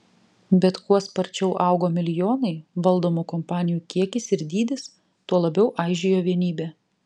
bet kuo sparčiau augo milijonai valdomų kompanijų kiekis ir dydis tuo labiau aižėjo vienybė